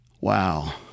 wow